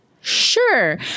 sure